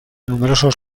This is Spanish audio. numerosos